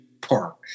Park